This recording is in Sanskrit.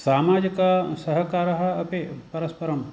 सामाजिकसहकारः अपि परस्परं